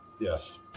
Yes